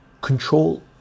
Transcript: control